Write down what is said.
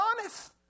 honest